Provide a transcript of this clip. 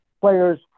Players